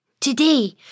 Today